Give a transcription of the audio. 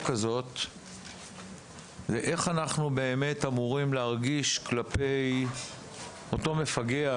הזאת זה איך אנחנו באמת אמורים להרגיש כלפי אותו מפגע,